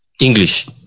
English